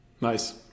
Nice